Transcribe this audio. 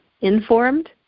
informed